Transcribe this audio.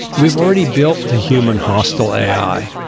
we've already built the human hostile ai.